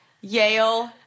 yale